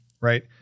right